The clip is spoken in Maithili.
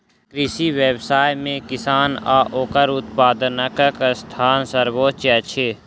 कृषि व्यवसाय मे किसान आ ओकर उत्पादकक स्थान सर्वोच्य अछि